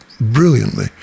brilliantly